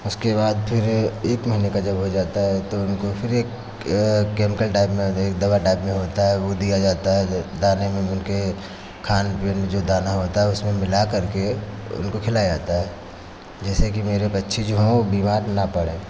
उसके बाद फिर एक महीने का जब हो जाता है तो उनको फिर एक केमिकल टाइप में एक दवा टाइप में होता है ऊ दिया जाता है दाने में उनके खान पीन जो दाना होता है उसमें मिला करके उनको खिलाया जाता है जैसे कि मेरे पक्षी जो हों वो बीमार ना पड़े